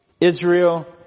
Israel